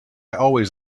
always